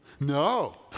No